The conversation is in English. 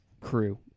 crew